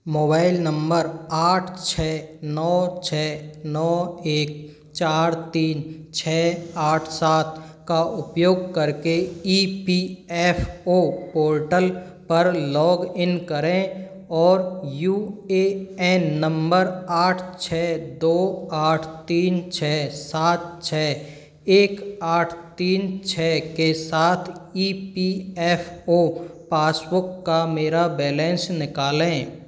mobile number आठ छः नौ छः नौ एक चार तीन छः आठ सात का उपयोग करके E P F O portal पर लॉग इन करें और यू ए एन आठ छः दो आठ तीन छः सात छः एक आठ तीन छः के साथ E P F O passbook का मेरा बैलेंस निकालें